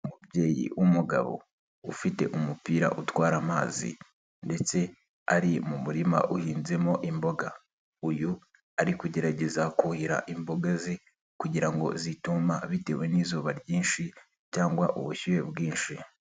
Umubyeyi w'umugabo ufite umupira utwara amazi ndetse ari mu murima uhinzemo imboga. Uyu ari kugerageza kuhira imboga ze kugira ngo zituma bitewe n'izuba ryinshi cyangwa ubushyuhe bwinshi.